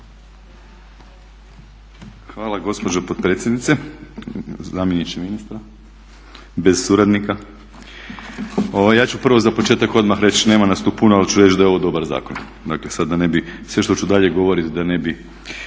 Hvala gospođo potpredsjednice, zamjeniče ministra bez suradnika. Ja ću prvo za početak odmah reći, nema nas tu puno, ali ću reći da je ovo dobar zakon, dakle sada da ne bi, sve što ću dalje govoriti da ne bi